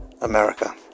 America